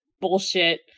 bullshit